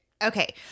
Okay